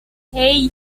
hey